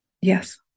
Yes